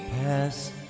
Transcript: pass